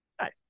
Nice